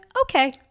okay